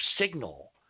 signal